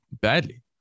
badly